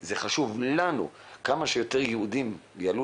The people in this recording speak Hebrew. זה חשוב לנו שכמה שיותר יהודים יעלו